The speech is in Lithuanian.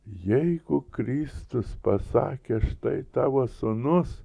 jeigu kristus pasakė štai tavo sūnus